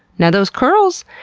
now, those curls?